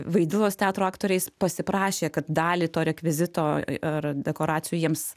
vaidilos teatro aktoriais pasiprašė kad dalį to rekvizito ar dekoracijų jiems